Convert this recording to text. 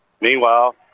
Meanwhile